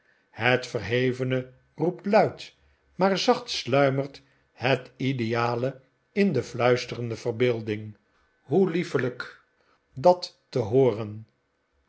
het verhevene roept luid maar zacht sluimert het ideale in de fluisterende verbeelding hoe liefeiijk dat te hooren